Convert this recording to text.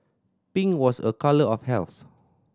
pink was a colour of health